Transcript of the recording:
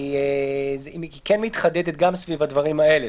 היא מתחדדת סביב הדברים האלה.